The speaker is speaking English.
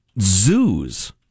zoos